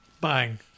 bang